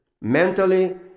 mentally